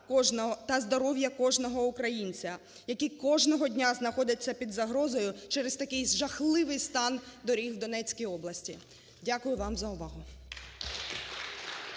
та здоров'я кожного українця, які кожного дня знаходяться під загрозою через такий жахливий стан доріг в Донецькій області. Дякую вам за увагу.